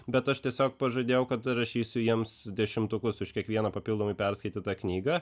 bet aš tiesiog pažadėjau kad rašysiu jiems dešimtukus už kiekvieną papildomai perskaitytą knygą